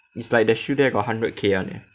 it's like the shoe there got hundred K [one] leh